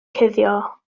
cuddio